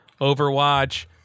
Overwatch